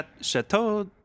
chateau